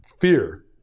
fear